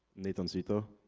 natencito.